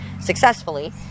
successfully